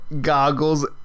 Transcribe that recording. goggles